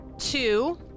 two